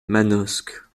manosque